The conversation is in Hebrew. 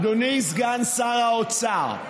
אדוני סגן שר האוצר,